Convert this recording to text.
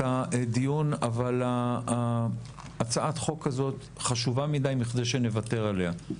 הדיון אבל הצעת החוק הזו חשובה מדי מכדי שנוותר עליה.